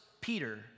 Peter